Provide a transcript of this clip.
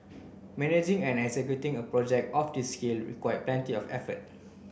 managing and executing a project of this scale required plenty of effort